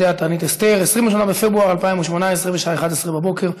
ההצעה תועבר לדיון, בעזרת השם, בוועדת העבודה,